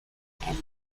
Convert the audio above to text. and